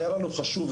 היה לנו חשוב,